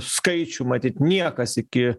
skaičių matyt niekas iki